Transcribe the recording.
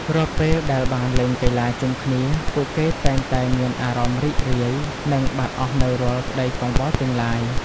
រាល់ពេលដែលបានលេងកីឡាជុំគ្នាពួកគេតែងតែមានអារម្មណ៍រីករាយនិងបាត់អស់នូវរាល់ក្ដីកង្វល់ទាំងឡាយ។